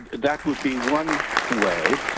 that would be one way.